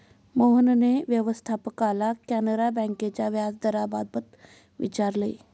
मोहनने व्यवस्थापकाला कॅनरा बँकेच्या व्याजदराबाबत विचारले